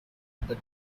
but